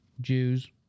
Jews